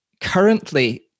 currently